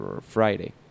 Friday